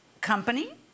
company